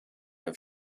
have